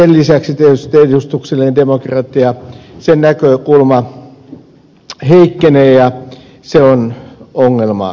sen lisäksi tietysti edustuksellisen demokratian näkökulma heikkenee ja se on ongelma